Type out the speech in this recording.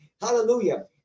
Hallelujah